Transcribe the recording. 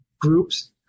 groups